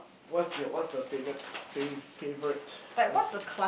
what's your what's a favourite fave favourite